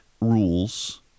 rules